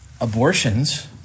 abortions